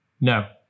No